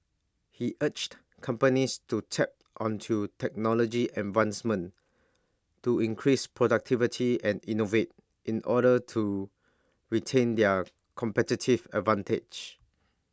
he urged companies to tap onto technology advancements to increase productivity and innovate in order to retain their competitive advantage